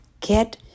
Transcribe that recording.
get